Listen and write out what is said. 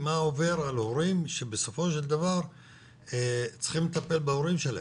מה עובר על האחים שבסופו של דבר צריכים לטפל בהורים שלהם.